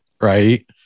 right